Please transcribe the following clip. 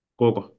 koko